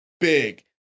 big